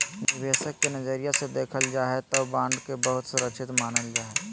निवेशक के नजरिया से देखल जाय तौ बॉन्ड के बहुत सुरक्षित मानल जा हइ